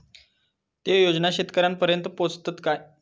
ते योजना शेतकऱ्यानपर्यंत पोचतत काय?